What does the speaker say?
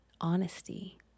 honesty